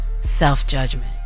Self-judgment